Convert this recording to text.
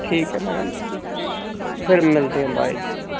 ਠੀਕ ਹੈ ਮੈਡਮ ਫਿਰ ਮਿਲਦੇ ਹਾਂ ਬਾਏ ਜੀ